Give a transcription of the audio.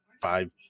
five